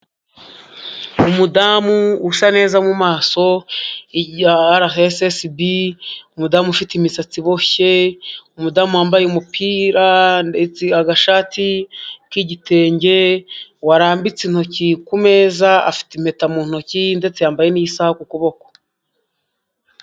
Umudamu usa neza mu maso, ya RSSB, umudamu ufite imisatsi iboshye, umudamu wambaye umupira ndetse agashati k'igitenge, warambitse intoki ku meza, afite impeta mu ntoki ndetse yambaye n'isaha ku kuboko.